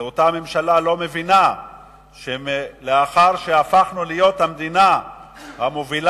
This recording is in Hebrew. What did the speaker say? ואותה ממשלה לא מבינה שלאחר שהפכנו להיות המדינה המובילה,